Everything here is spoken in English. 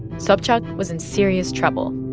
sobchak was in serious trouble.